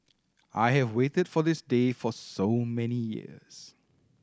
I have waited for this day for so many years